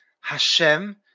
Hashem